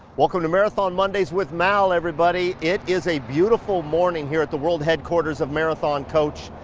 welcome to marathon mondays with mal, everybody. it is a beautiful morning here at the world headquarters of marathon coach.